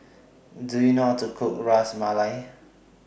Do YOU know How to Cook Ras Malai